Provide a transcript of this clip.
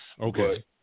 Okay